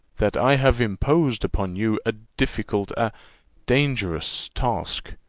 that i have imposed upon you a difficult, a dangerous task.